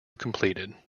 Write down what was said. completed